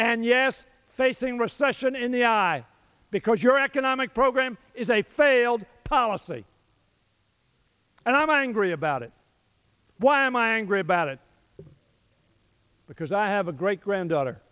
and yes facing recession in the eye because your economic program is a failed policy and i'm angry about it why am i angry about it because i have a great granddaughter